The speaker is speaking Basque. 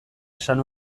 esan